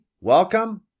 welcome